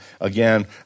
Again